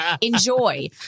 Enjoy